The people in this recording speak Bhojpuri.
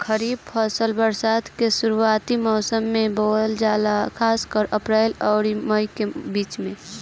खरीफ फसल बरसात के शुरूआती मौसम में बोवल जाला खासकर अप्रैल आउर मई के बीच में